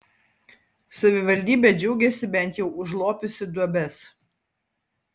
savivaldybė džiaugiasi bent jau užlopiusi duobes